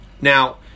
Now